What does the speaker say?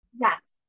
Yes